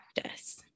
practice